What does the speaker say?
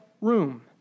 room